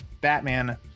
Batman